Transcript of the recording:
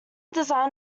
design